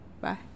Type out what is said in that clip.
Bye